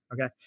Okay